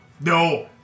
No